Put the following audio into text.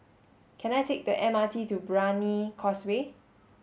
can I take the M R T to Brani Causeway